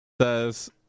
says